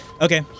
Okay